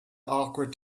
awkward